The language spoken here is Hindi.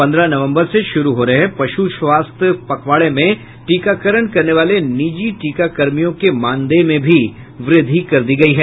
पन्द्रह नवम्बर से शुरू हो रहे पशु स्वास्थ्य पखवाड़े में टीकाकरण करने वाले निजी टीका कर्मियों के मानदेय में भी व्रद्धि कर दी गयी है